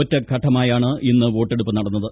ഒറ്റഘട്ടമായാണ് ഇന്ന് വോട്ടെടുപ്പ് നട്ടന്നത്